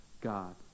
God